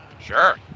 Sure